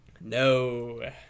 No